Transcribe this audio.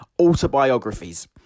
autobiographies